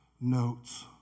notes